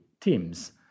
teams